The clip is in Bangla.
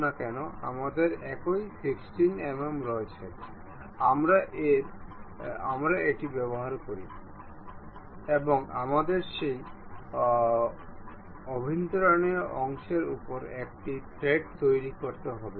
এবং এখন যেহেতু এটি ফ্লোট করছে এবং এটি এখন ঠিক করা হয়েছে কারণ এটি প্লানের অরিজিনের সাথে সংযুক্ত করতে হবে